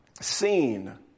seen